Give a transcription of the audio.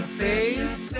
face